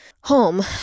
home